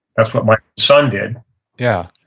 that's what my son did yeah.